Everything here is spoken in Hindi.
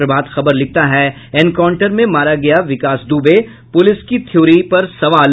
प्रभात खबर लिखता है एनकांउटर में मारा गया विकास दुबे पुलिस की थ्योरी पर सवाल